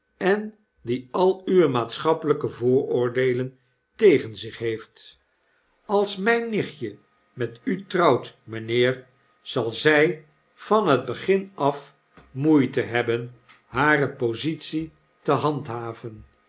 en die al uwe maatschappelpe vooroordeelen tegen zich heeft als mgn nichtje met u trouwt mpheer zal zg van het begin af moeite hebben hare positie te handhaven